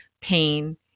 pain